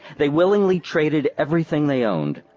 they willingly traded everything they owned.